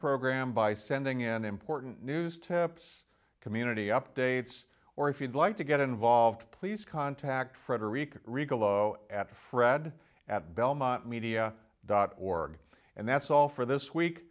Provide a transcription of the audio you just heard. program by sending in important news taps community updates or if you'd like to get involved please contact frederica regal zero at fred at belmont media dot org and that's all for this week